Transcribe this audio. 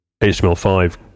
HTML5